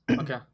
Okay